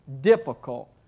difficult